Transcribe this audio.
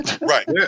Right